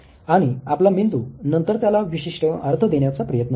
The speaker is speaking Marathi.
आणि आपला मेंदू नंतर त्याला विशिष्ट अर्थ देण्याचा प्रयत्न करतो